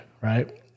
right